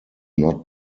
not